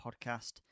podcast